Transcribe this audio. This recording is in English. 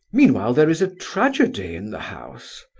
meanwhile there is a tragedy in the house.